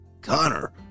Connor